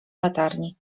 latarni